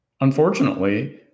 unfortunately